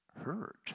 hurt